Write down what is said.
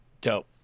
Dope